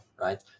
right